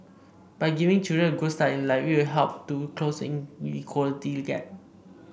by giving children a good start in life it will help to close the inequality gap